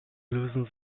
lösen